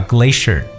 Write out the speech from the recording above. Glacier